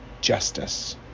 justice